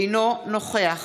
אינו נוכח